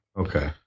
okay